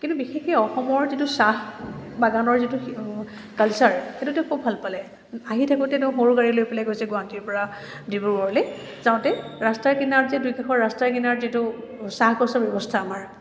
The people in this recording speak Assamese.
কিন্তু বিশেষকৈ অসমৰ যিটো চাহ বাগানৰ যিটো কালচাৰ সেইটো তেওঁ খুব ভাল পালে আহি থাকোঁতে তেওঁ সৰু গাড়ী লৈ পেলাই গৈছে গুৱাহাটীৰপৰা ডিব্ৰুগড়লৈ যাওঁতে ৰাস্তাৰ কিনাৰত যে দুই কাষৰ ৰাস্তাৰ কিনাৰত যিটো চাহ গছৰ ব্যৱস্থা আমাৰ